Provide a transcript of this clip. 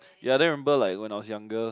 ya then remember like when I was younger